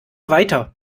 weiter